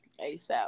ASAP